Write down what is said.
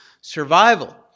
survival